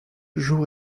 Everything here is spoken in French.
jour